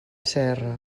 serra